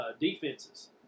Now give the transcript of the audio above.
defenses